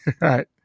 right